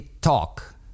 talk